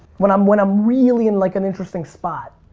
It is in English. when i'm when i'm really in like an interesting spot.